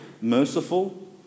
Merciful